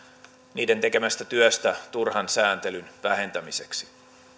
niiden tekemästä työstä turhan sääntelyn vähentämiseksi